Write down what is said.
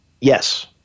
Yes